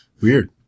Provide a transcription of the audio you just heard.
Weird